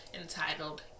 entitled